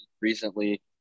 recently